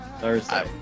Thursday